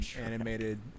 animated